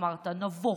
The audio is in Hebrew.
אמרת "נבוך"